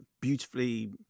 beautifully